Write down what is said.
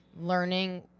learning